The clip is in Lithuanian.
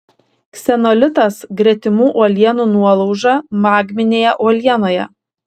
ksenolitas gretimų uolienų nuolauža magminėje uolienoje